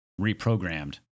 reprogrammed